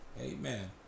Amen